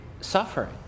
suffering